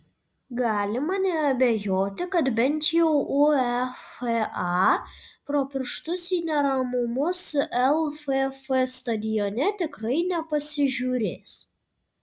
galima neabejoti kad bent jau uefa pro pirštus į neramumus lff stadione tikrai nepasižiūrės